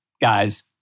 guys